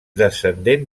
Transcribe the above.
descendent